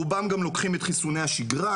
רובם גם לוקחים את חיסוני השגרה,